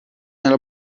nella